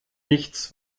nichts